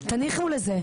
תניחו לזה.